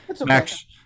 Max